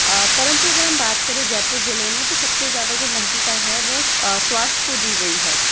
परंतु अगर हम बात करें तो जयपुर जिले में सबसे ज़्यादा जो महत्ता है वो स्वास्थ्य को दी गई है